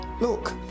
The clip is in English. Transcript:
look